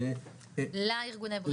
ב --- לארגוני בריאות.